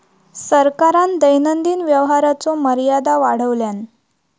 सरकारान दैनंदिन व्यवहाराचो मर्यादा वाढवल्यान